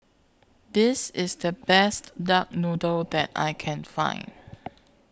This IS The Best Duck Noodle that I Can Find